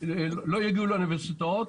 לא יגיעו לאוניברסיטאות,